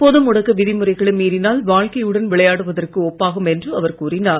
பொது முடக்க விதிமுறைகளை மீறினால் வாழ்க்கையுடன் விளைடுயாடுவதற்கு ஒப்பாகும் என்று அவர் கூறினார்